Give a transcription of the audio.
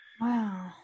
wow